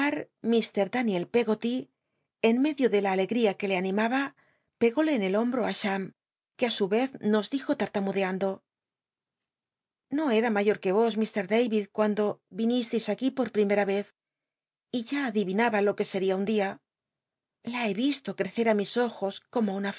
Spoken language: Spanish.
i r daniel peggoty en medio de la alegria que le animaba pególe en el hombro i cbam ue á su yez nos dijo lal'tamudeando no eta mayor que vos mt david cuando yinislcis aquí por ez primcta y ya adivinaba lo que seria un di a la he visto crecer i mis qjos como una